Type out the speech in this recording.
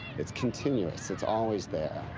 it's continuous. it's always there.